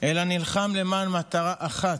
אלא נלחם למען מטרה אחת,